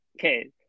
Okay